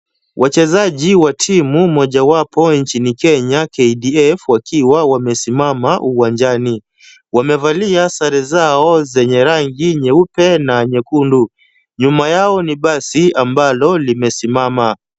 Wachezaji wa timu mojawapo nchini Kenya, KDF, wakiwa wamesimama uwanjani. Wamevalia sare zao zenye rangi nyeupe na nyekundu. Nyuma yao ni basi ambalo limesimama.